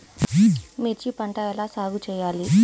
మిర్చి పంట ఎలా సాగు చేయాలి?